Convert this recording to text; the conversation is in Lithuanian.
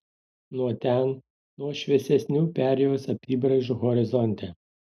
nuo ten nuo šviesesnių perėjos apybraižų horizonte